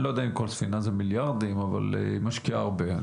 אני לא יודע אם כל ספינה זה מיליארדים אבל היא משקיעה הרבה.